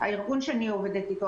הארגון שאני עובדת אתו,